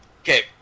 Okay